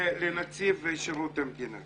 לנציב שירות המדינה